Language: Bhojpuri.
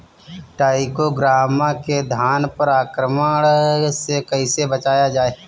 टाइक्रोग्रामा के धान पर आक्रमण से कैसे बचाया जाए?